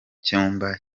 cyumba